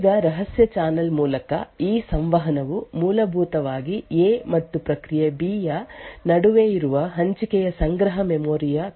ಈಗ ರಹಸ್ಯ ಚಾನಲ್ ಮೂಲಕ ಈ ಸಂವಹನವು ಮೂಲಭೂತವಾಗಿ A ಎ ಮತ್ತು ಪ್ರಕ್ರಿಯೆ B ಬಿ ಯ ನಡುವೆ ಇರುವ ಹಂಚಿಕೆಯ ಸಂಗ್ರಹ ಮೆಮೊರಿ ಯ ಕಾರಣದಿಂದಾಗಿರುತ್ತದೆ